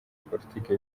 politike